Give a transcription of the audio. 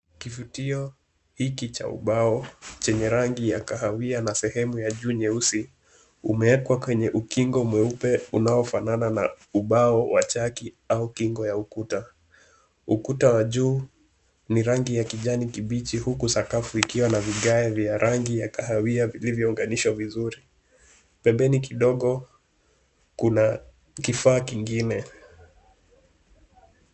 Kifutio hiki cha ubao chenye rangi ya kahawia, na sehemu ya juu nyeusi umewekwa kwenye ukingo mweupe unaofanana na ubao wa chaki au kingo ya ukuta. Ukuta wa juu ni rangi ya kijani kibichi huku sakafu ikiwa na vigae vya rangi ya kahawia vilivyounganishwa vizuri. Pembeni kidogo kuna kifaa kingine.